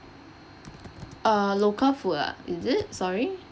err local food ah is it sorry